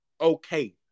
okay